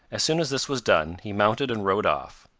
as soon as this was done, he mounted and rode off.